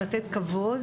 לתת כבוד